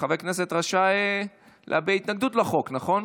חבר כנסת רשאי להביע התנגדות לחוק, נכון?